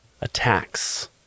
attacks